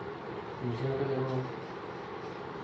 ᱵᱩᱡᱷᱟᱹᱣ ᱠᱟᱛᱮᱜ ᱠᱚ